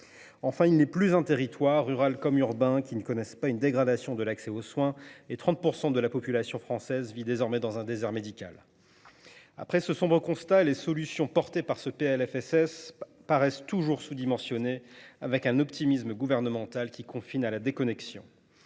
Enfin, il n’est plus un territoire, rural comme urbain, qui ne connaisse pas une dégradation de l’accès aux soins et 30 % de la population française vit désormais dans un désert médical. Après ce sombre constat, les solutions portées par ce PLFSS paraissent sous dimensionnées et l’optimisme gouvernemental confine à la déconnexion.